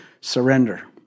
surrender